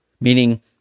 Meaning